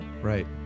Right